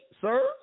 sir